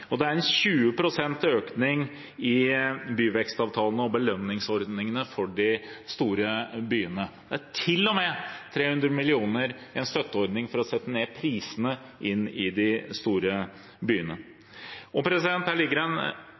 Det er 20 pst. økning i byvekstavtalene og belønningsordningene for de store byene. Det er til og med 300 mill. kr til en støtteordning for å sette ned prisene i de store byene. Her ligger det en